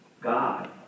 God